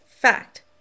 Fact